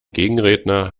gegenredner